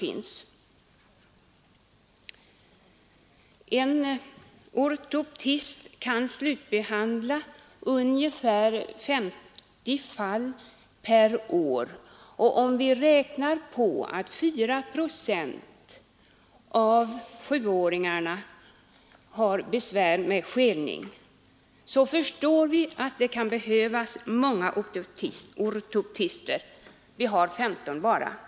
En ortoptist kan slutbehandla ungefär 50 fall per år. Om vi räknar med att 4 procent av sjuåringarna har besvär med skelning förstår vi att det kan behövas många ortoptister, men vi har som sagt bara femton.